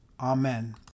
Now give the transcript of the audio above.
Amen